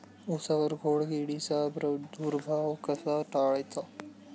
उसावर खोडकिडीचा प्रादुर्भाव कसा टाळायचा?